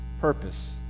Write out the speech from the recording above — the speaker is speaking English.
purpose